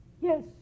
Yes